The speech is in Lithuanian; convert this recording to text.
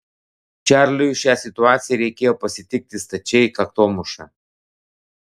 čarliui šią situaciją reikėjo pasitikti stačiai kaktomuša